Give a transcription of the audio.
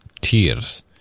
tears